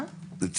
כן.